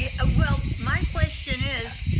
ah ah well, my question is,